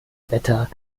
wetter